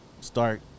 start